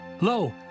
Lo